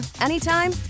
anytime